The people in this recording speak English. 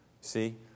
See